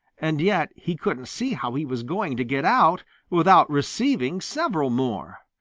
and yet he couldn't see how he was going to get out without receiving several more.